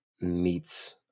meets